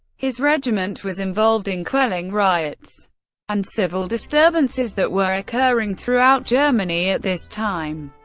his regiment was involved in quelling riots and civil disturbances that were occurring throughout germany at this time.